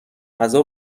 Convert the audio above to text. غذا